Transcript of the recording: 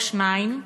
או שניים,